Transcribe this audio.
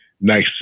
nice